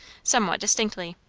somewhat distinctly.